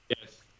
yes